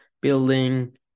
Building